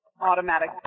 automatic